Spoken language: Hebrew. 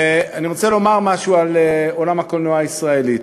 ואני רוצה לומר משהו על עולם הקולנוע הישראלי: